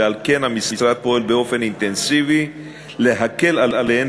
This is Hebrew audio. ועל כן המשרד פועל באופן אינטנסיבי להקל עליהן